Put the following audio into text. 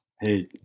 hey